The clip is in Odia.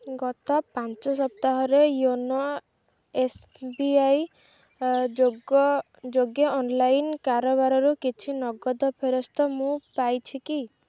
ଗତ ପାଞ୍ଚ ସପ୍ତାହରେ ୟୋନୋ ଏସ୍ ବି ଆଇ ଯୋଗ ଯୋଗେ ଅନଲାଇନ୍ କାରବାରରୁ କିଛି ନଗଦ ଫେରସ୍ତ ମୁଁ ପାଇଛି କି